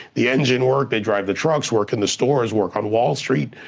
the engine work, they drive the trucks, work in the stores, work on wall street,